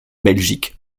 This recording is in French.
belgique